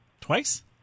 twice